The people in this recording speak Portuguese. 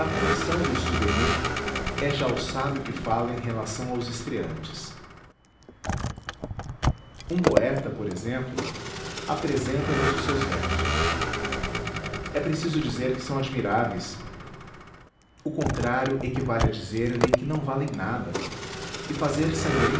souvenirs é já o sábio que fala em relação aos estreantes um poeta por exemplo apresenta nos os seus versos é preciso dizer que são admiráveis o contrário eqüivale a dizer-lhe que não valem nada e fazer sangrenta